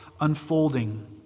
unfolding